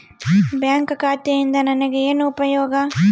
Bank ಖಾತೆಯಿಂದ ನನಗೆ ಏನು ಉಪಯೋಗ?